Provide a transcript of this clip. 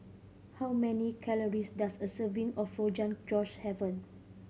how many calories does a serving of Rogan Josh have